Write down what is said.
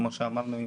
כמו שאמרנו,